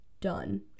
done